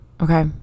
Okay